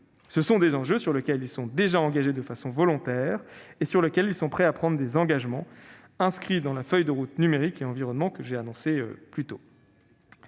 Ce sont des enjeux auxquels ils souscrivent déjà de façon volontaire et pour lesquels ils sont prêts à prendre des engagements inscrits dans la feuille de route sur le numérique et l'environnement, que j'ai annoncée